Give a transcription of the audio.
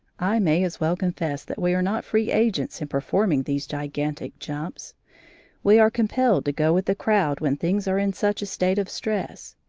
i may as well confess that we are not free agents in performing these gigantic jumps we are compelled to go with the crowd when things are in such a state of stress.